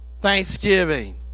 thanksgiving